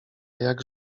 jak